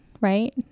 right